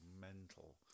mental